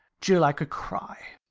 jill, i could cry!